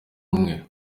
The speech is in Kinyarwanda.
rumwe